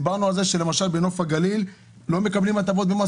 דיברנו על זה שלמשל בנוף הגליל לא מקבלים הטבות מס,